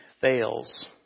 fails